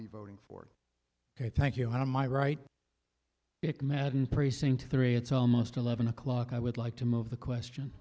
be voting for ok thank you i am i right it madden precinct three it's almost eleven o'clock i would like to move the question